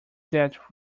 that